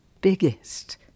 biggest